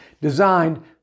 designed